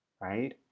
right